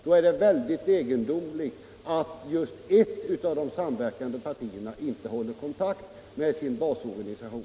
Då är det väldigt egendomligt att just ett av de partierna inte håller kontakt bakåt med sin basorganisation.